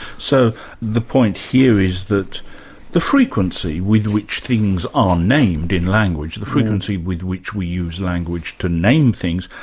so the point here is that the frequency with which things are named in language, the frequency with which we use language to name things,